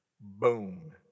boom